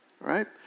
Right